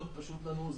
מאוד פשוט לנו.